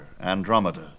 Andromeda